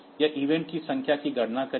यह ईवेंट की संख्या की गणना करेगा